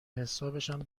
حسابشم